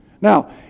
Now